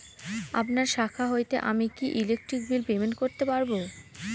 আপনার শাখা হইতে আমি কি ইলেকট্রিক বিল পেমেন্ট করতে পারব?